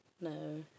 No